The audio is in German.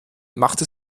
machte